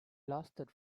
lasted